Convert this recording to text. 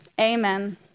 amen